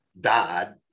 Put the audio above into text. died